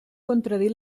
contradir